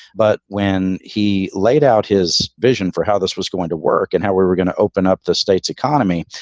but when he laid out his vision for how this was going to work and how we were going to open up the state's economy,